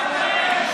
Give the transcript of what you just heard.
בושה.